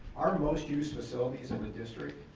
our most used facilities in the district,